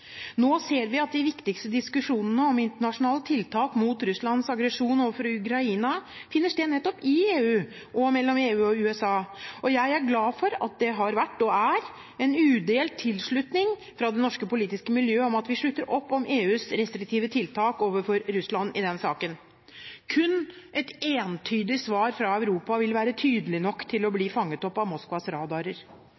Nå ser vi at de viktigste diskusjonene om internasjonale tiltak mot Russlands aggresjon overfor Ukraina finner sted nettopp i EU og mellom EU og USA. Jeg er glad for at det har vært, og er, en udelt tilslutning fra det norske politiske miljøet om at vi slutter opp om EUs restriktive tiltak overfor Russland i den saken. Kun et entydig svar fra Europa vil være tydelig nok til å bli